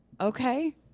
okay